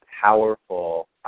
powerful